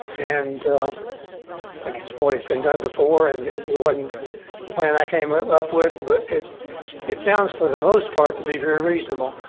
and i think it's always been done before. and it wasn't the plan i came up with. but it it sounds for the most part to be very reasonable.